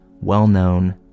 well-known